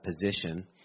position